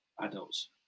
adults